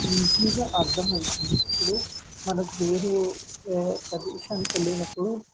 ఈజీగా అర్థమవుతుంది ఇప్పుడు మనకు వేరే ప్రదేశానికెళ్ళినప్పుడు